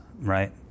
right